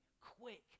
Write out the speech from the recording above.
Quick